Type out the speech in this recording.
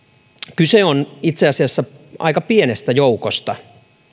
kyse on itse asiassa aika pienestä joukosta